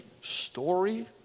story